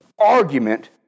argument